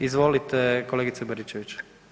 Izvolite kolegice Baričević.